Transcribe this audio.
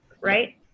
right